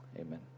Amen